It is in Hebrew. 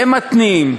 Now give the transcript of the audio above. והם מתניעים,